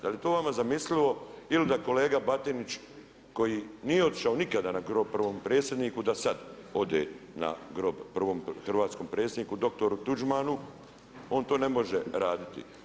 Da li je to vama zamislivo, il da kolega Batinić koji nije otišao nikada na grob prvom predsjedniku, da sad ode na grob prvom hrvatskom predsjedniku doktoru Tuđmanu, on to ne može raditi.